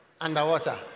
Underwater